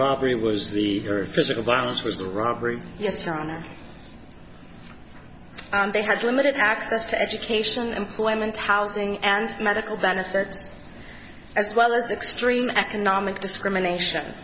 robbery was the physical violence was a robbery yes your honor they had limited access to education employment housing and medical benefits as well as extreme economic discrimination